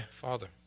father